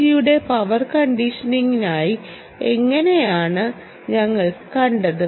ജിയുടെ പവർ കണ്ടീഷനിംഗിൽ എങ്ങനെയാണ് ഞങ്ങൾ കണ്ടത്